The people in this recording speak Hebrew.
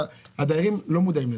הדיירים לא מודעים לזה.